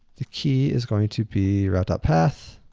the key is going to be route path.